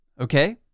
okay